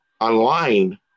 online